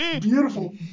Beautiful